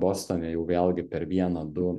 bostone jau vėlgi per vieną du